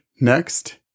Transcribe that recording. Next